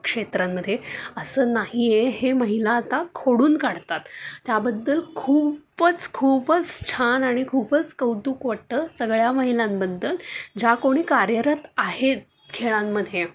क्षेत्रांमध्ये असं नाही आहे हे महिला आता खोडून काढतात त्याबद्दल खूपच खूपच छान आणि खूपच कौतुक वाटतं सगळ्या महिलांबद्दल ज्या कोणी कार्यरत आहेत खेळांमध्ये